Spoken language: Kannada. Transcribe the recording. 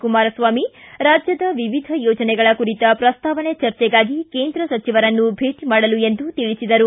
ಕುಮಾರಸ್ವಾಮಿ ರಾಜ್ಯದ ವಿವಿಧ ಯೋಜನೆಗಳ ಕುರಿತ ಪ್ರಸ್ತಾವನೆ ಚರ್ಚಿಗಾಗಿ ಕೇಂದ್ರ ಸಚಿವರನ್ನು ಭೇಟಿ ಮಾಡಲು ಎಂದು ತಿಳಿಸಿದರು